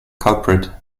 culprit